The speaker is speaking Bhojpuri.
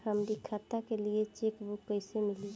हमरी खाता के लिए चेकबुक कईसे मिली?